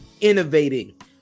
innovating